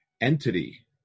entity